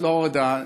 פלורידה,